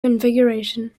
configuration